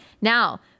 Now